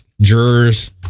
jurors